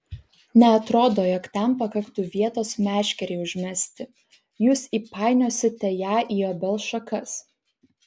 neatrodo jog ten pakaktų vietos meškerei užmesti jūs įpainiosite ją į obels šakas